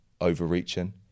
overreaching